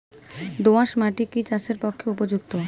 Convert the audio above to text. দোআঁশ মাটি কি চাষের পক্ষে উপযুক্ত?